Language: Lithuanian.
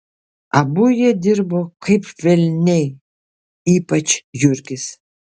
abu jie dirbo kaip velniai ypač jurgis